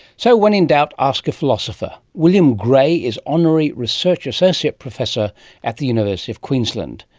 so when in doubt, ask a philosopher. william grey is honorary research associate professor at the university of queensland.